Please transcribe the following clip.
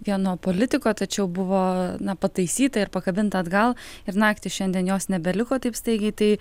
vieno politiko tačiau buvo na pataisyta ir pakabinta atgal ir naktį šiandien jos nebeliko taip staigiai tai